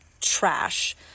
trash